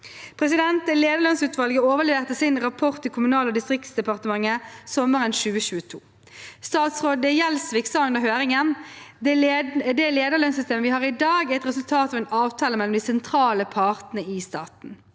stillingen. Lederlønnsutvalget overleverte sin rapport til Kommunal- og distriktsdepartementet sommeren 2022. Statsråd Gjelsvik sa under høringen: «Det leiarlønssystemet vi har i dag, er eit resultat av ein avtale mellom dei sentrale partane i staten.